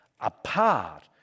apart